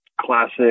classic